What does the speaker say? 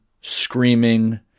screaming